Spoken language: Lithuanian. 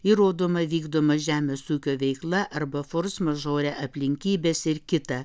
įrodoma vykdoma žemės ūkio veikla arba force majeure aplinkybės ir kita